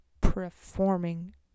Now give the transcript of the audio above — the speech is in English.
performing